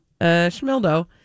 schmildo